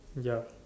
ya